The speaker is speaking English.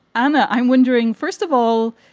and i'm wondering, first of all,